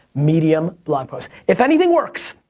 medium blog post. if anything works,